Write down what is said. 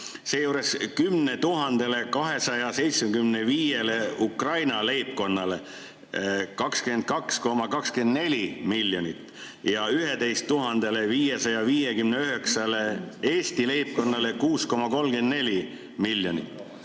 seejuures 10 275‑le Ukraina leibkonnale 22,24 miljonit ja 11 559‑le Eesti leibkonnale 6,34 miljonit.